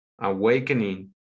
awakening